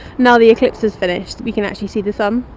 now the eclipse has finished, we can actually see the sun